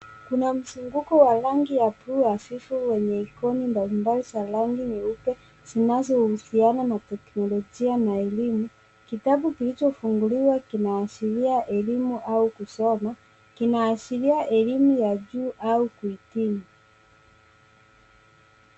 Kuna mzunguko wa rangi ya blue hafifu wenye ikoni mbalimbali za rangi nyeupe zinazohusiana na teknolojia na elimu. Kitabu kilichofunguliwa kinaashiria elimu au kusomo. Kinaashiria elimu ya juu au kuhitimu.